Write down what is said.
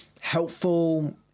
helpful